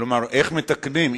כלומר, איך מתקנים?